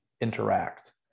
interact